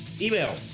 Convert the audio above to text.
Email